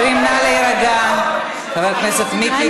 מי שנותן את חוות הדעת זה הפצ"ר.